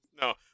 No